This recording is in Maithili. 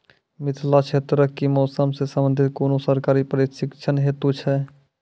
मिथिला क्षेत्रक कि मौसम से संबंधित कुनू सरकारी प्रशिक्षण हेतु छै?